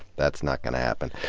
that's not gonna happen.